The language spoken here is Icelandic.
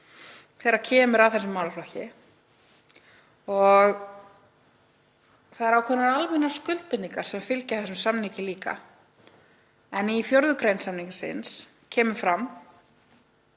þegar kemur að þessum málaflokki. Það eru ákveðnar almennar skuldbindingar sem fylgja þessum samningi líka. Í 4. gr. samningsins kemur fram,